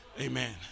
Amen